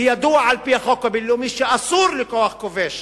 וידוע שעל-פי החוק הבין-לאומי אסור לכוח כובש